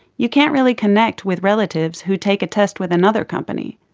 you can't really connect with relatives who take a test with another company.